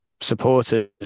supporters